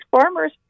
farmers